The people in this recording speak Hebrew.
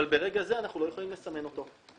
אבל ברגע זה אנחנו לא יכולים לסמן אותו.